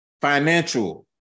financial